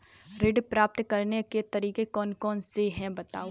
ऋण प्राप्त करने के तरीके कौन कौन से हैं बताएँ?